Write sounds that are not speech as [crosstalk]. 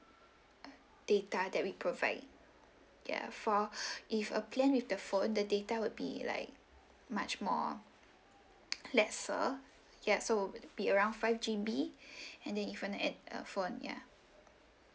uh data that we provide ya for [breath] if a plan with the phone the data would be like much more [noise] lesser ya so would be around five G_B [breath] and then even uh add a phone ya